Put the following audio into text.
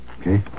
Okay